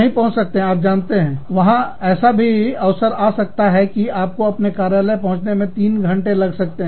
नहीं पहुंच सकते हैं आप जानते हैं वहां ऐसा भी अवसर आ सकता है कि आपको अपने कार्यालय पहुंचने में 3 घंटे भी लग सकते हैं